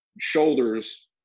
shoulders